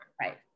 Right